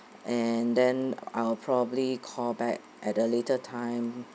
and then I'll probably call back at a later time